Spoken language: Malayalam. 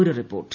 ഒരു റിപ്പോർട്ട്